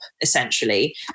essentially